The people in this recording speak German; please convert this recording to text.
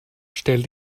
stell